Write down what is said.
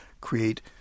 create